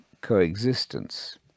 coexistence